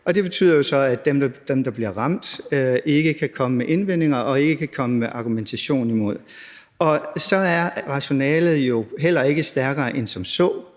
det betyder jo så, at dem, der bliver ramt, ikke kan komme med indvendinger og ikke kan komme med argumentation imod det. Så er rationalet jo heller ikke stærkere end som så.